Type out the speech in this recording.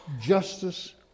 justice